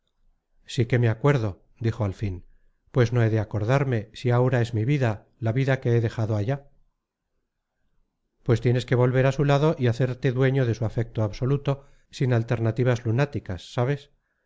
sí que me acuerdo dijo al fin pues no he de acordarme si aura es mi vida la vida que he dejado allá pues tienes que volver a su lado y hacerte dueño de su afecto absoluto sin alternativas lunáticas sabes